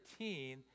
13